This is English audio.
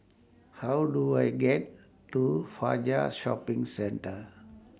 How Do I get to Fajar Shopping Centre